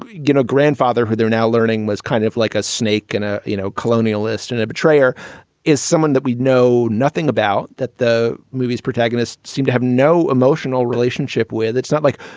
you know, grandfather, who they're now learning was kind of like a snake and, ah you know, colonialist and a betrayer is someone that we'd know nothing about that the movie's protagonist seemed have no emotional relationship with. it's not like,